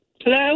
Hello